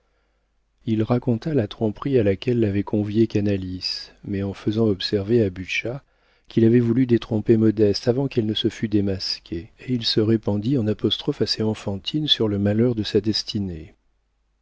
il raconta la tromperie à laquelle l'avait convié canalis mais en faisant observer à butscha qu'il avait voulu détromper modeste avant qu'elle se fût démasquée et il se répandit en apostrophes assez enfantines sur le malheur de sa destinée